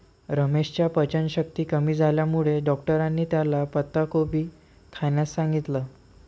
रमेशच्या पचनशक्ती कमी झाल्यामुळे डॉक्टरांनी त्याला पत्ताकोबी खाण्यास सांगितलं